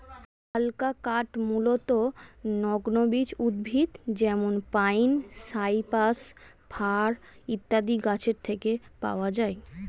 হালকা কাঠ মূলতঃ নগ্নবীজ উদ্ভিদ যেমন পাইন, সাইপ্রাস, ফার ইত্যাদি গাছের থেকে পাওয়া যায়